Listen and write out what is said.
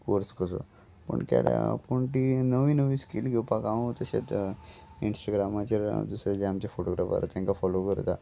course कसो पूण केल्या पूण ती नवी नवी स्कील घेवपाक हांव तशेच इंस्टाग्रामाचेर जशे जे आमचे फोटोग्राफर तांकां फोलो करता